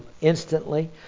instantly